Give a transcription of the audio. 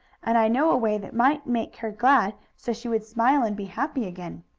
and i know a way that might make her glad, so she would smile and be happy again.